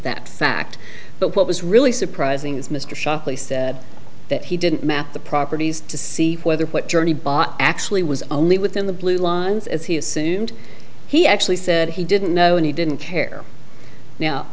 that fact but what was really surprising is mr shockley said that he didn't map the properties to see whether what journey bought actually was only within the blue lines as he assumed he actually said he didn't know and he didn't care now